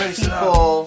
people